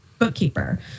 bookkeeper